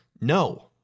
no